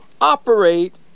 operate